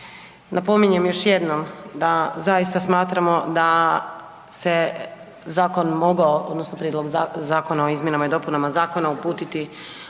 Napominjem još jednom da zaista smatramo da se zakon mogao odnosno prijedlog zakona o izmjenama i dopunama zakona uputiti u redovnu